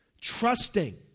trusting